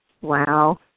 Wow